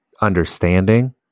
understanding